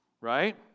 right